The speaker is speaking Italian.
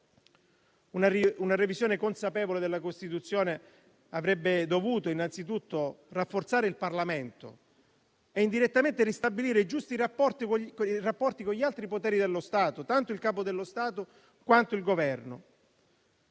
Una revisione consapevole della Costituzione avrebbe dovuto innanzitutto rafforzare il Parlamento e indirettamente ristabilire i giusti rapporti con gli altri poteri dello Stato, tanto il Capo dello Stato quanto il Governo.